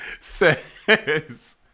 Says